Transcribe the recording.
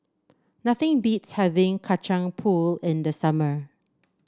nothing beats having Kacang Pool in the summer